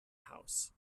house